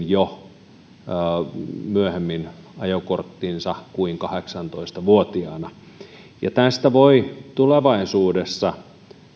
jo nykyisin ajokorttinsa myöhemmin kuin kahdeksantoista vuotiaana tästä voi tulevaisuudessa